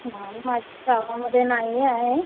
नाही माझ्या गावामध्ये नाही आहे